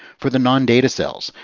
for the non-data cells,